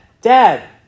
Dad